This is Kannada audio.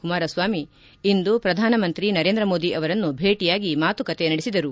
ಕುಮಾರಸ್ವಾಮಿ ಇಂದು ಪ್ರಧಾನಿ ನರೇಂದ್ರ ಮೋದಿ ಅವರನ್ನು ಭೇಟಿಯಾಗಿ ಮಾತುಕತೆ ನಡೆಸಿದರು